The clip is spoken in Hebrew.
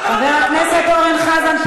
חבר הכנסת אורן חזן,